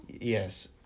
Yes